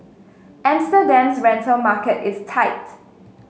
Amsterdam's rental market is tight